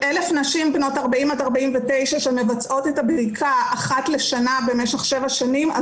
נשים בנות 40-49 שמבצעות את הבדיקה אחת לשנה במשך שבע שנים,